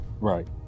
Right